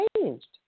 changed